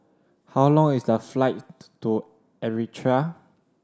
how long is the flight to Eritrea